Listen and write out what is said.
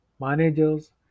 managers